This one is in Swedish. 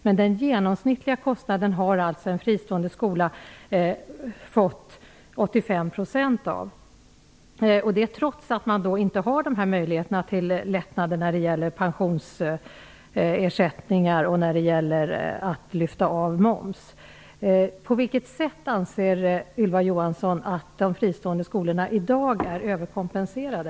Fristående skolor har fått 85 % av den genomsnittliga kostnaden, trots att de inte har möjligheter till lättnader när det gäller pensionsersättningar och möjlighet att lyfta av moms. På vilket sätt anser Ylva Johansson att de fristående skolorna i dag är överkompenserade?